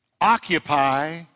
Occupy